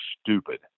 stupid